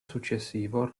successivo